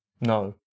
No